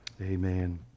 Amen